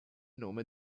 nome